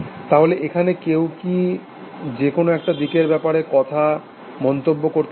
তাহলে এখানে কেউ কি যে কোনো একটা দিকের ব্যাপারে কড়া মন্তব্য করতে পারে